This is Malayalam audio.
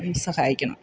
സഹായിക്കണം